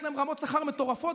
יש להם רמות שכר מטורפות?